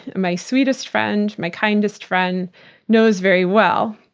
my sweetest friend, my kindest friend knows very well.